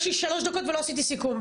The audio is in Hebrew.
יש לי שלוש דקות ועוד לא עשיתי סיכום.